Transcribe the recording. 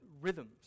rhythms